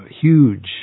huge